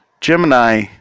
Gemini